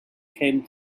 came